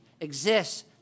exists